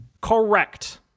correct